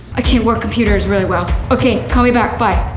ah can't work computers really well. okay call me back, bye.